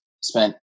spent